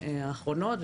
האחרונות,